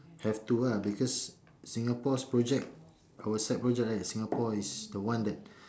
have to lah because Singapore's project our side project right Singapore is the one that